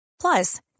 Plus